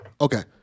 Okay